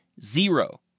zero